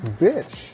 bitch